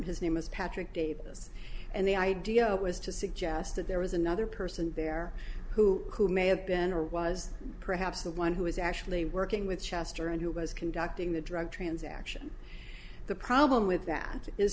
his name is patrick davis and the idea was to suggest that there was another person there who may have been or was perhaps the one who was actually working with chester and who was conducting the drug transaction the problem with that is